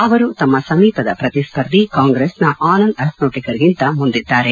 ಅವರು ತಮ್ನ ಸಮೀಪದ ಪ್ರತಿಸ್ವರ್ಧಿ ಕಾಂಗ್ರೆಸ್ನ ಆನಂದ್ ಅಸ್ಫೋಟಕರ್ಗಿಂತ ಮುಂದಿದ್ದಾರೆ